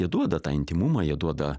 jie duoda tą intymumą jie duoda